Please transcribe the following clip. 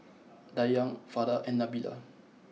Dayang Farah and Nabila